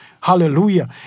Hallelujah